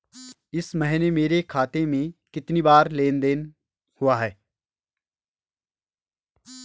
इस महीने मेरे खाते में कितनी बार लेन लेन देन हुआ है?